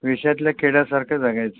विषातल्या किड्यासारखं जगायचं